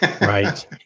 Right